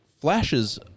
flashes